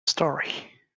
story